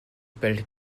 bellt